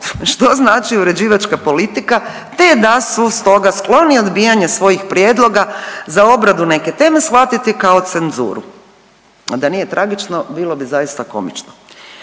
što znači uređivačka politika te da su stoga skloni odbijanja svojih prijedloga za obradu neke teme shvatiti kao cenzuru. Da nije tragično bilo bi zaista komično.